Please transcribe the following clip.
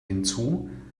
hinzu